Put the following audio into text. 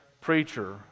preacher